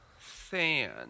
sand